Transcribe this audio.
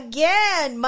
Again